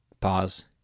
Pause